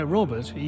Robert